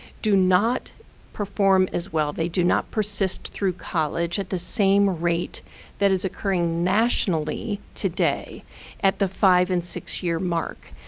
do not perform as well. they do not persist through college at the same rate that is occurring nationally today at the five and six year mark.